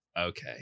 okay